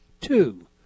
Two